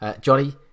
Johnny